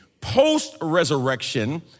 post-resurrection